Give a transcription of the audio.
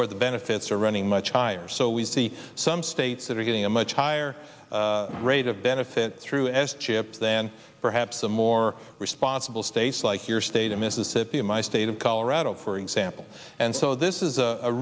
where the benefits are running much higher so we see some states that are getting a much higher rate of benefit through s chip than perhaps a more responsible states like your state of mississippi in my state of colorado for example and so this is a